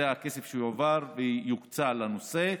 זה הכסף שיועבר ויוקצה לנושא.